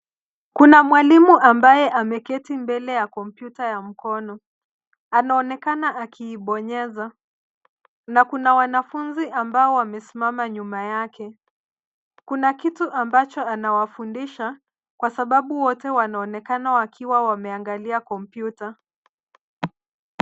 Kuna mwalimu ambaye ameketi mbele ya kompyuta ya mkono. Anaonekana akiibonyeza na kuna wanafunzi ambao wamesimama nyuma yake. Kuna kitu ambacho anawafundisha kwa sababu wote wanaonekana wakiwa wameangalia kompyuta.